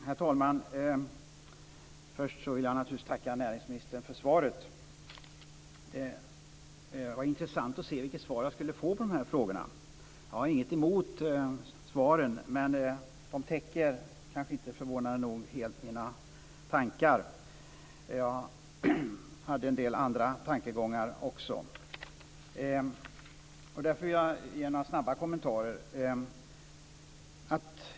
Herr talman! Först vill jag naturligtvis tacka näringsministern för svaret. Det var intressant att se vilket svar jag skulle få på frågorna. Jag har inget emot svaren. Men de täcker kanske inte, förvånande nog, helt mina tankar. Jag hade en del andra tankegångar också. Därför vill jag ge några snabba kommentarer.